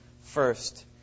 first